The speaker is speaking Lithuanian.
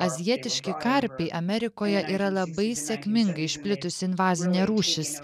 azijietiški karpiai amerikoje yra labai sėkmingai išplitusi invazinė rūšis